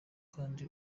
kandi